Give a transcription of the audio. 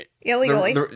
illegally